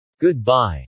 Goodbye